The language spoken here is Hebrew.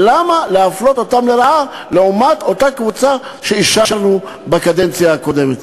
למה להפלות אותם לרעה לעומת אותה קבוצה שאישרנו בקדנציה הקודמת?